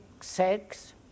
sex